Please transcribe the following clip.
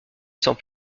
sans